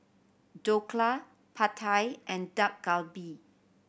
Dhokla Pad Thai and Dak Galbi